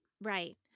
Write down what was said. Right